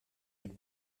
mit